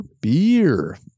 beer